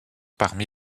parmi